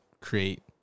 create